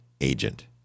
agent